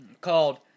called